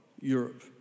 Europe